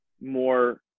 more